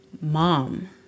mom